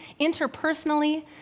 interpersonally